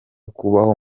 kubaho